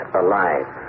alive